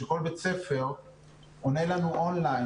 שכל בית ספר עונה לנו און-ליין.